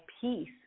peace